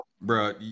bro